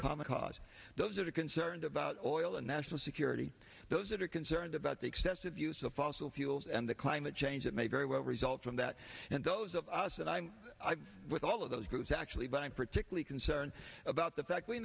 common cause those that are concerned about oil and national security those that are concerned about the excessive use of fossil fuels and the climate change that may very well result from that and those of us and i'm with all of those groups actually but i'm particularly concerned about the fact we